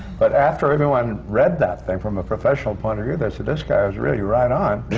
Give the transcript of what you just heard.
but after everyone read that thing, from a professional point of view, they said, this guy is really right on.